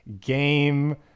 Game